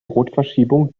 rotverschiebung